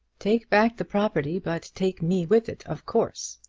take back the property, but take me with it, of course.